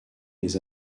les